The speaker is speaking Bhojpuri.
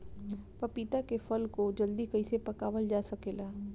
पपिता के फल को जल्दी कइसे पकावल जा सकेला?